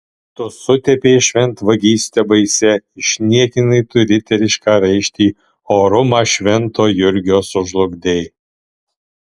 tu sutepei šventvagyste baisia išniekinai tu riterišką raištį orumą švento jurgio sužlugdei